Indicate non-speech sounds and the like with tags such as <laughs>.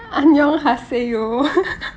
annyeonghaseyo <laughs>